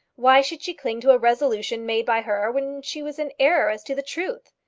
why should she cling to a resolution made by her when she was in error as to the truth?